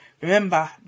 remember